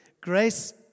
Grace